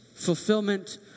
Fulfillment